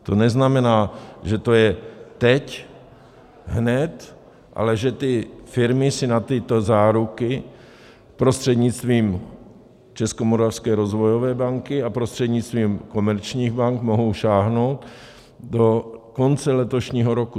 To neznamená, že to je teď, hned, ale že ty firmy si na tyto záruky prostřednictvím Českomoravské rozvojové banky a prostřednictvím komerčních bank mohou sáhnout do konce letošního roku.